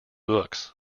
books